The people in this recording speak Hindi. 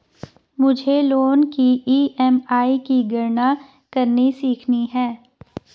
मुझे लोन की ई.एम.आई की गणना करनी सीखनी है